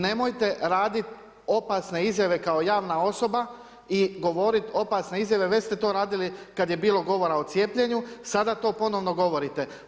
Nemojte raditi opasne izjave kao javna osoba i govorit opasne izjave, već ste to radili kad je bilo govora o cijepljenju, sada to ponovno govorite.